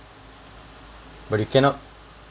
but you cannot